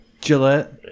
Gillette